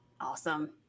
Awesome